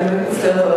אני באמת מצטערת,